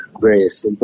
various